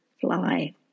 fly